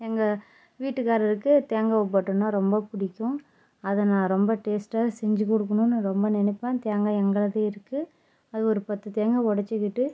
எங்கள் வீட்டுக்காரருக்கு தேங்காவை போட்டோன்னா ரொம்ப பிடிக்கும் அதை நான் ரொம்ப டேஸ்ட்டாக செஞ்சு கொடுக்குணுன்னு ரொம்ப நினைப்பேன் தேங்காய் எங்களுது இருக்கு அது ஒரு பத்து தேங்காய் உடச்சிக்கிட்டு